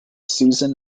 season